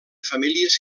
famílies